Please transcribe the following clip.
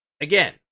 Again